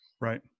right